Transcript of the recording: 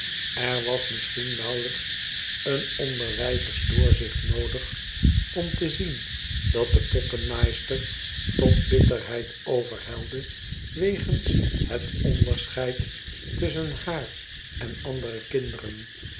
er was misschien nauwelijks een onderwijzers doorzicht noodig om te lm dat de poppennaaister tot bitterheid overhelde wegens het ondertheid tasschen haar en andere kinderen